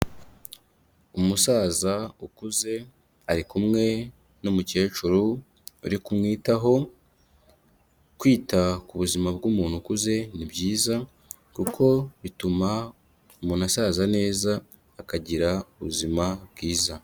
Umusaza ukuze ari kumwe n'umukecuru uri kumwitaho, kwita ku buzima bw'umuntu ukuze ni byiza kuko bituma umuntu asaza neza, akagira ubuzima bwiza.